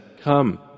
Come